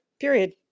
period